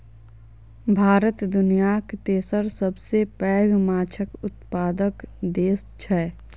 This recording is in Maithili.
भारत दुनियाक तेसर सबसे पैघ माछक उत्पादक देस छै